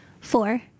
Four